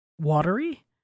watery